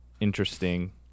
interesting